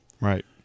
right